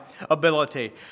ability